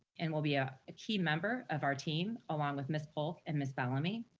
and will be a key member of our team along with miss polk and miss bellamy.